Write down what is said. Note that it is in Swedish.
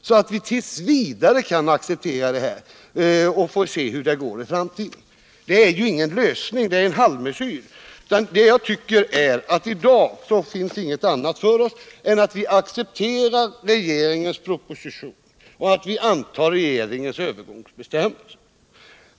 Han anser alltså att vi t. v. kan acceptera detta och får avvakta hur det går i framtiden. Det är ingen lösning, det är en halvmesyr. I dag finns inget annat att göra för oss än att acceptera regeringens proposition och anta de av regeringen föreslagna övergångsbestämmelserna.